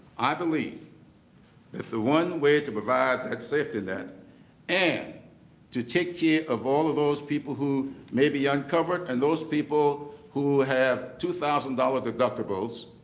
i believe that the one way to provide that safety net and to take care of all of those people who may be uncovered and those people who have two thousand dollars deductibles